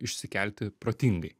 išsikelti protingai